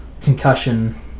concussion